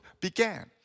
began